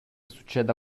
succeda